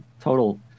Total